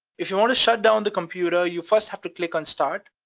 if you want to shut down the computer, you first have to click on start,